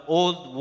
old